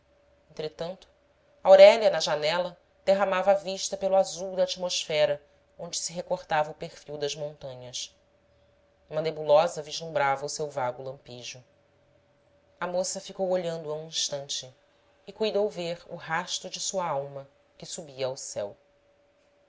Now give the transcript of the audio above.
entretanto aurélia na janela derramava a vista pelo azul da atmosfera onde se recortava o perfil das montanhas uma nebulosa vislumbrava o seu vago lampejo a moça ficou olhando a um instante e cuidou ver o rasto de sua alma que subia ao céu